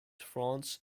france